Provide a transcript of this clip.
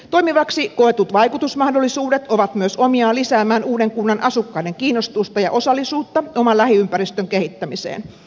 toimivaksi koetut vaikutusmahdollisuudet ovat myös omiaan lisäämään uuden kunnan asukkaiden kiinnostusta ja osallisuutta oman lähiympäristön kehittämiseen